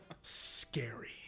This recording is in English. Scary